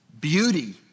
Beauty